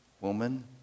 Woman